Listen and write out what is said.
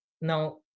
now